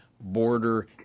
border